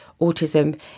autism